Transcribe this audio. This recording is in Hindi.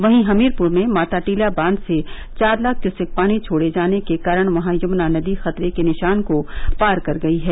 वहीं हमीरपुर में माता टीला बांध से चार लाख क्यूसेक पानी छोड़े जाने के कारण वहां यमुना नदी खतरे निशान को पार कर गयी है